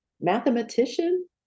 mathematician